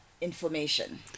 information